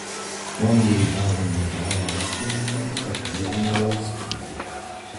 stumbrų daromą žalą ūkininkams atlygina valstybė